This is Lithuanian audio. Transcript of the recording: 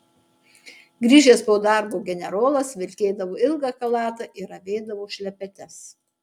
grįžęs po darbo generolas vilkėdavo ilgą chalatą ir avėdavo šlepetes